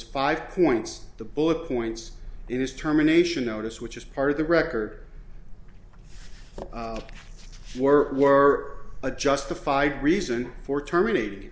five points the bullet points in his terminations notice which is part of the record or were a justified reason for terminated